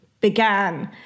began